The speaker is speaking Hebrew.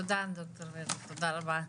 תודה דוקטור ורד, תודה רבה.